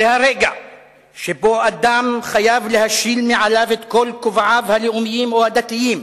זה הרגע שבו אדם חייב להשיל מעליו את כל כובעיו הלאומיים או הדתיים,